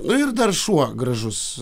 nu ir dar šuo gražus